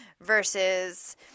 versus